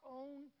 own